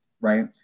right